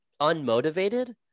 unmotivated